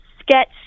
sketch